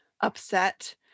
upset